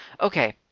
Okay